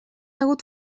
hagut